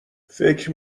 فکر